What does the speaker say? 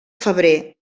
febrer